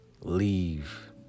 leave